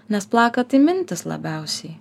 nes plaka tai mintys labiausiai